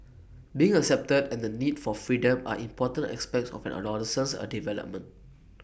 being accepted and the need for freedom are important aspects of an adolescent's A development